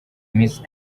miss